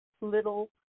little